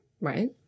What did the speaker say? Right